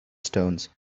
stones